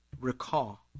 recall